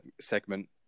segment